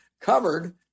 covered